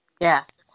Yes